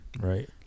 Right